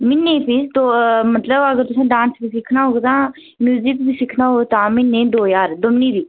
म्हीने दी फीस मतलब मतलब अगर तुसें डांस सिक्खना होग तां म्यूजिक बी सिक्खना होग तां म्हीने दी दो ज्हार दोन्नें दी